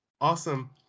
awesome